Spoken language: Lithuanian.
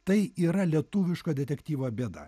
tai yra lietuviško detektyvo bėda